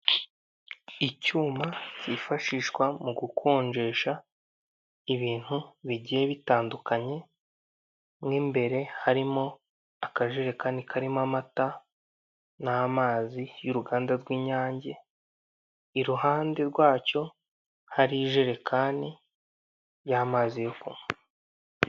Icyuma cyifashishwa mu gukonjesha ibintu bigiye bitandukanye, mo imbere harimo akajerekani karimo amata n'amazi y'uruganda rw'inyange, iruhande rwacyo hari ijerekani y'amazi yo kunywa.